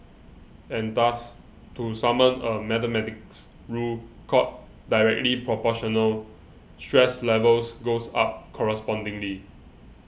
and thus to summon a mathematics rule called Directly Proportional stress levels goes up correspondingly